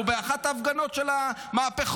או באחת ההפגנות של המהפכות,